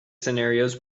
scenarios